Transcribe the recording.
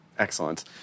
Excellent